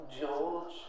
George